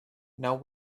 now